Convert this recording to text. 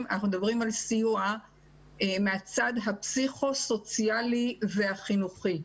אנחנו מדברים על סיוע מהצד הפסיכוסוציאלי והחינוכי.